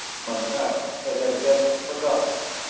montano had evidently forgotten it.